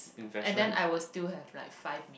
and then I will still have like five